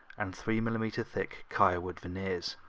and three millimetre thick kaya wood veneers.